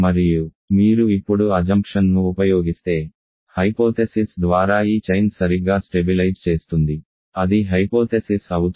మరియు మీరు ఇప్పుడు అజంప్షన్ ను ఉపయోగిస్తే హైపోథెసిస్ ద్వారా ఈ చైన్ సరిగ్గా స్టెబిలైజ్ చేస్తుంది అది హైపోథెసిస్ అవుతుంది